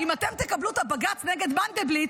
אם אתם תקבלו את הבג"ץ נגד מנדלבליט,